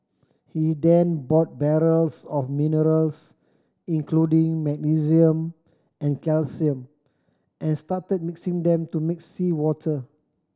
he then bought barrels of minerals including magnesium and calcium and started mixing them to make seawater